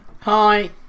hi